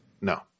No